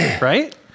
Right